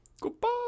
goodbye